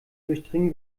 durchdringen